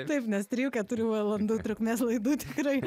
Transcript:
taip nes trijų keturių valandų trukmės laidų tikrai